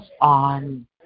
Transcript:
on